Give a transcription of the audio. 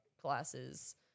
classes